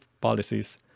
policies